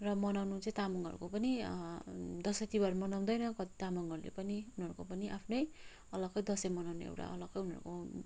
र मनाउनु चाहिँ तामाङहरूको पनि दसैँ तिहार मनाउँदैन कति तामाङहरूले पनि उनीहरूको पनि आफ्नै अलग्गै दसैँ मनाउने एउटा अलग्गै उनीहरूको